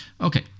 Okay